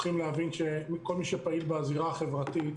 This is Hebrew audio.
מכל מי שפעיל בזירה החברתית